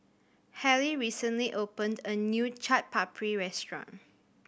Hallie recently opened a new Chaat Papri Restaurant